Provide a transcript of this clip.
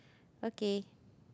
okay